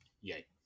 yay